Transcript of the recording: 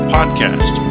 Podcast